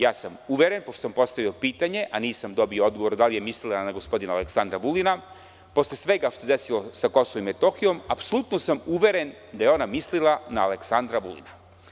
Ja sam uveren, pošto sam postavio pitanje, a nisam dobio odgovor da li je mislila na gospodina Aleksandra Vulina, posle svega što se desilo sa Kosovom i Metohijom apsolutno sam uveren da je ona mislila na Aleksandra Vulina.